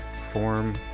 form